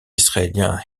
israélien